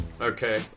okay